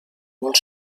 molt